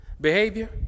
behavior